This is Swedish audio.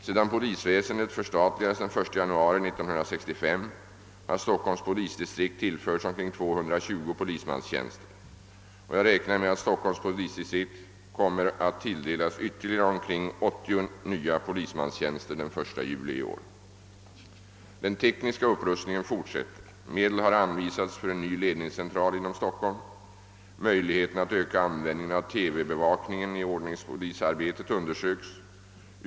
Sedan polisväsendet förstatligades den 1 januari 1965 har Stockholms polisdistrikt tillförts omkring 220 polismanstjänster. Jag räknar med att Stockholms polisdistrikt kommer att tilldelas ytterligare omkring 80 nya polismanstjänster den 1 juli 1968. Den tekniska upprustningen fortsätter. Medel har anvisats för en ny ledningscentral inom Stockholm. Möjligheterna att öka användningen av TV bevakningen i ordningspolisarbetet undersöks.